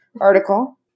article